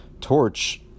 torch